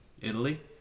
italy